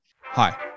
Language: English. hi